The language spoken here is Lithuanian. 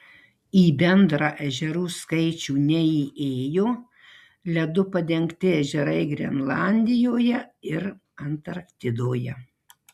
į bendrą ežerų skaičių neįėjo ledu padengti ežerai grenlandijoje ir antarktidoje